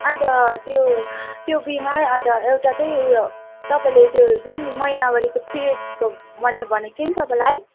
अन्त त्यो त्यो बिमार अन्त एउटा चाहिँ उयो तपाईँले त्यो जुन महिनावारीको पिरियडको मैले भनेको थिएँ नि तपाईँलाई